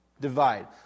Divide